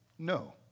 No